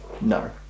no